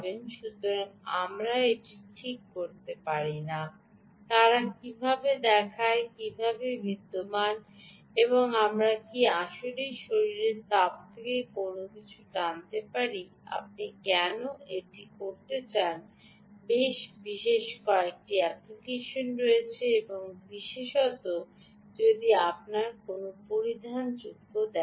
সুতরাং আমরা এটি করতে পারি কি না তারা কীভাবে দেখায় কী ধরণের বিদ্যমান আমরা কি আসলেই শরীরের তাপ থেকে কোনও কিছু টানতে পারি আপনি কেন এটি করতে চান বেশ কয়েকটি অ্যাপ্লিকেশন রয়েছে বিশেষত যদি আপনি কোনও পরিধানযোগ্যকে দেখেন